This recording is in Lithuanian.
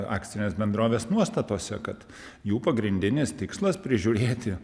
akcinės bendrovės nuostatuose kad jų pagrindinis tikslas prižiūrėti